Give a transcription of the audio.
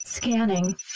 Scanning